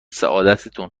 سعادتتون